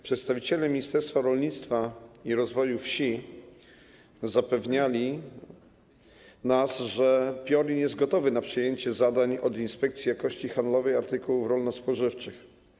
Przedstawiciele Ministerstwa Rolnictwa i Rozwoju Wsi zapewniali nas, że PIORiN jest gotowy na przejęcie zadań od Inspekcji Jakości Handlowej Artykułów Rolno-Spożywczych.